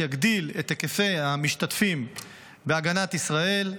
שיגדיל את היקפי המשתתפים בהגנת ישראל,